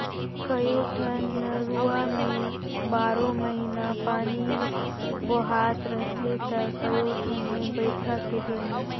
कयोठन नरूवा में बारो महिना पानी बोहात रहथे त कयोठन मे बइरखा के दिन में